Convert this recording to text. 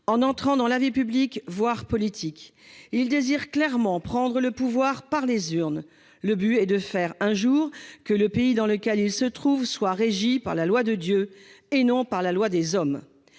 en entrant dans la vie publique, voire politique. [...] Ils désirent clairement prendre le pouvoir par les urnes. [...] Le but est de faire un jour que le pays dans lequel ils se trouvent soit régi par la loi de Dieu et non par la loi des hommes.